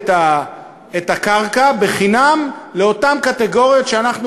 את הקרקע בחינם לאותן קטגוריות שאנחנו